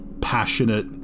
passionate